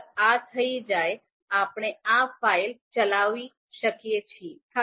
એકવાર આ થઈ જાય આપણે આ ફાઇલ ચલાવી શકીએ છીએ